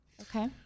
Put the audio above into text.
Okay